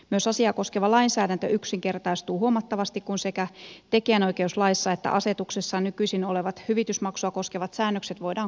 myös asiaa koskeva lainsäädäntö yksinkertaistuu huomattavasti kun sekä tekijänoikeuslaissa että asetuksessa nykyisin olevat hyvitysmaksua koskevat säännökset voidaan kumota